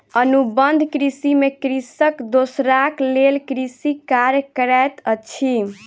अनुबंध कृषि में कृषक दोसराक लेल कृषि कार्य करैत अछि